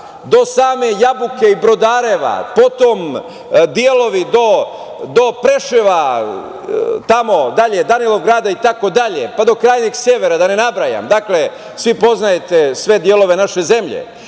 do same Jabuke i Brodareva, potom delovi do Preševa, pa tamo dalje Danilovgrada, itd, pa do krajnjeg severa, da ne nabrajam, svi poznajete sve delove naše zeljem.